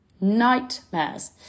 nightmares